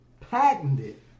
patented